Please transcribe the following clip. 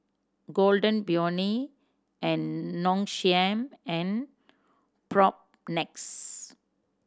Golden Peony and Nong Shim and Propnex